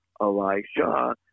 Elisha